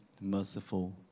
merciful